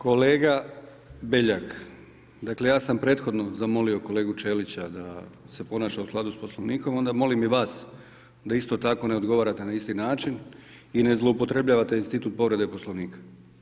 Kolega Belalj, dakle ja sam prethodno zamolio kolegu Ćelića da se ponaša u skladu s Poslovnikom, onda molim i vas, da isto tako, ne odgovarate na isti način i ne zloupotrebljavate institut povrede Poslovnika.